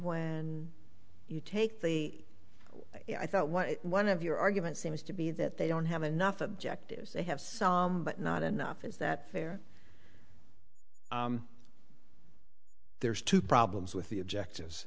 d you take the i thought one of your argument seems to be that they don't have enough objectives they have some but not enough is that fair there's two problems with the objective